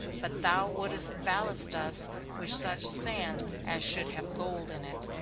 but thou wouldst ballast us with such sand as should have gold in it,